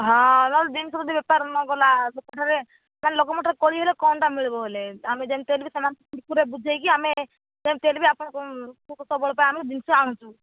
ହଁ ନହେଲେ ଜିନିଷ ଯଦି ବେପାର ନ ଗଲା ତା'ହେଲେ ଲୋକ ମୁଠରେ କଳି ହେଲେ କ'ଣଟା ମିଳିବ ହେଲେ ଆମେ ଯେମିତେ ହେଲେ ବି ସେମାନଙ୍କୁ ବୁଝାଇକି ଆମେ ଯେମିତି ହେଲେ ଆପଣ ଜିନିଷ ଆଣୁଛୁ